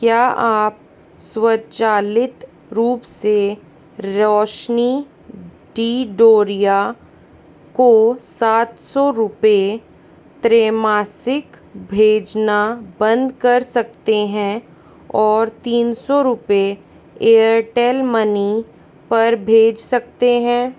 क्या आप स्वचालित रूप से रोशनी टी डोरिया को सात सौ रुपये त्रैमासिक भेजना बंद कर सकते हैं और तीन सौ रुपये एयरटेल मनी पर भेज सकते हैं